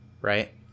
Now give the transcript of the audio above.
right